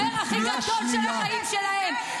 -- במשבר הכי גדול של החיים שלהן.